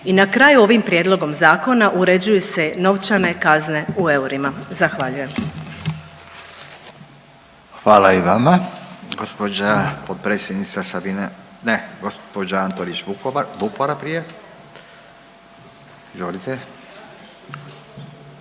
I na kraju, ovim Prijedlogom zakona uređuju se novčane kazne u eurima. Zahvaljujem. **Radin, Furio (Nezavisni)** Hvala i vama. Gospođa potpredsjednica Sabina, ne gospođa Antolić Vupora prije. Izvolite.